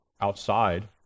outside